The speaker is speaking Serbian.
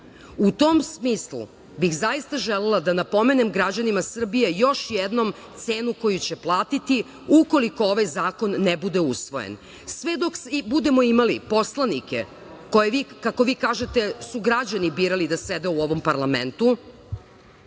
tom smislu bih zaista želela da napomenem građanima Srbije još jednom cenu koju će platiti ukoliko ovaj zakon ne bude usvojen. Sve dok budemo imali poslanike koje, kako vi kažete, su građani birali da sede u ovom parlamentu,